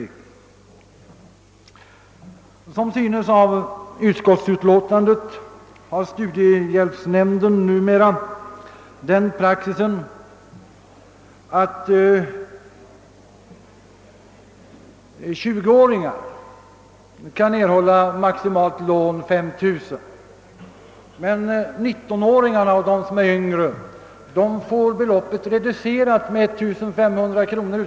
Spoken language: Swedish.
Såsom framgår av utskottsutlåtandet tillämpar studiehjälpsnämnden numera en sådan praxis att 20-åringarna kan erhålla lån på maximalt 5 000 kronor. För 19-åringarna och yngre studerande än dessa reduceras dock beloppet utan vidare med 1500 kronor.